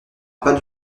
pas